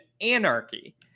anarchy